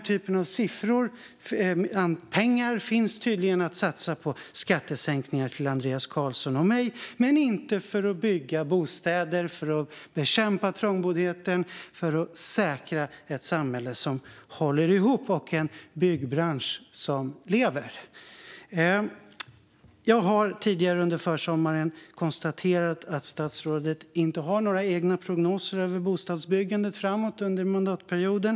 Tydligen finns det alltså pengar till skattesänkningar för Andreas Carlson och mig men inte till att bygga bostäder, bekämpa trångboddheten och säkra ett samhälle som håller ihop och en byggbransch som lever. Jag har tidigare under försommaren konstaterat att statsrådet inte har några egna prognoser gällande bostadsbyggandet under mandatperioden.